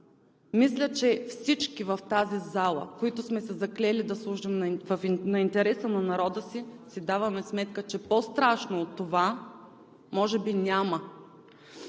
Мисля, че всички в тази зала, които сме се заклели да служим на интереса на народа си, си даваме сметка, че по-страшно от това може би няма,